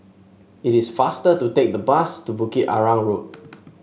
it is faster to take the bus to Bukit Arang Road